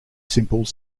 simple